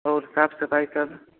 आओर साफ सफाइ सब